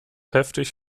heftig